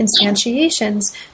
instantiations